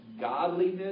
godliness